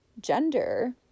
gender